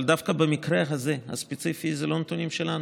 אבל דווקא במקרה הספציפי הזה אלה לא נתונים שלנו,